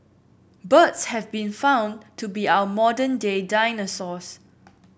birds have been found to be our modern day dinosaurs